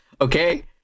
Okay